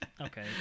Okay